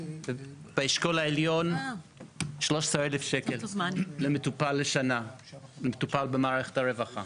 באשכול העליון 13,000 שקלים למטופל במערכת הרווחה בשנה.